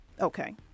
Okay